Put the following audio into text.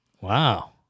Wow